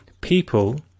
people